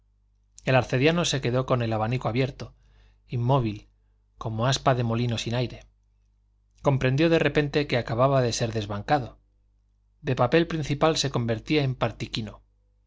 negros el arcediano se quedó con el abanico abierto inmóvil como aspa de molino sin aire comprendió de repente que acababa de ser desbancado de papel principal se convertía en